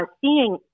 Seeing